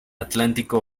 atlántico